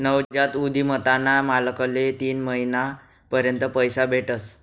नवजात उधिमताना मालकले तीन महिना पर्यंत पैसा भेटस